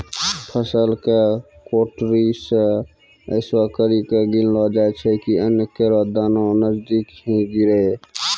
फसल क टोकरी सें ऐसें करि के गिरैलो जाय छै कि अन्न केरो दाना नजदीके ही गिरे